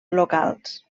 locals